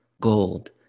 gold